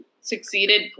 succeeded